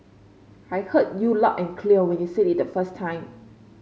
I heard you loud and clear when you said it the first time